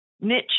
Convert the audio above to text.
niche